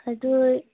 ꯑꯗꯣ